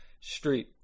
street